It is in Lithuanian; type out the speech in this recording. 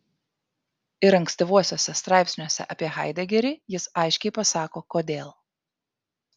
ir ankstyvuosiuose straipsniuose apie haidegerį jis aiškiai pasako kodėl